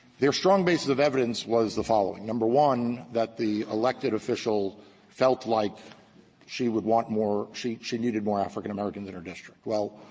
their strong basis of evidence was the following number one, that the elected official felt like she would want more she she needed more african-americans in her district. well,